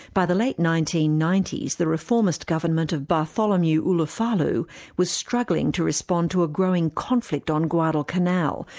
by the late nineteen ninety s, the reformist government of bartholomew ulufa'alu was struggling to respond to a growing conflict on guadalcanal,